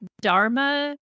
Dharma